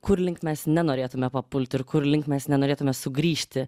kur link mes nenorėtume papulti ir kurlink mes nenorėtume sugrįžti